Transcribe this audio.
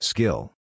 Skill